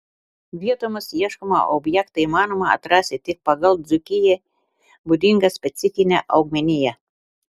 vietomis ieškomą objektą įmanoma atrasti tik pagal dzūkijai būdingą specifinę augmeniją